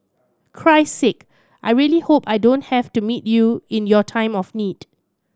Christ Sake I really hope I don't have to meet you in your time of need